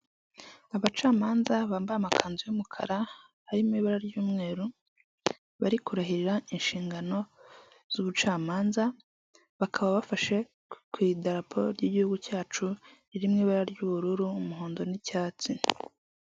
Abacamanza bambaye amakanzu y'umukara harimo ibara ry'umweru, bari kurahira inshingano z'ubucamanza, bakaba bafashe ku idarapo ry'igihugu cyacu riri mu ibara ry'ubururu, umuhondo n'icyatsi.